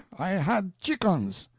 i had chickens!